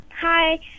Hi